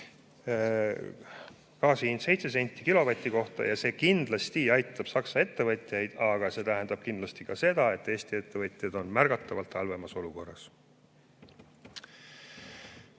Aitäh! ... kilovati kohta. See kindlasti aitab Saksa ettevõtjaid, aga see tähendab kindlasti ka seda, et Eesti ettevõtjad on märgatavalt halvemas olukorras.